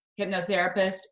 hypnotherapist